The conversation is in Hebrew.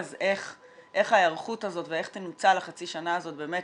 אז איך ההיערכות הזאת ואיך תנוצל החצי שנה הזאת באמת